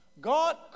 God